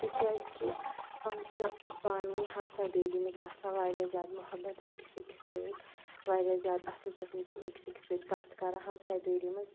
تِکیازِ کہِ یِم چھِ پانہٕ ؤنۍ ہمسایہِ دٲری منٛز آسان واریاہ زیادٕ محبت ٲکِس ٲکِس سۭتۍ واریاہ زیادٕ اصل پٲٹھۍ چھِ یِم ٲکِس ٲکِس سۭتۍ کتھ کران ہمسایہِ دٲری منٛز